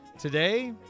Today